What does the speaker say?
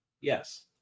Yes